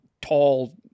tall